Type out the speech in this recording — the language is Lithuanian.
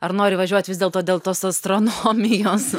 ar nori važiuot vis dėlto dėl tos astronomijos